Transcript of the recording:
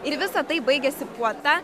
ir visa tai baigiasi puota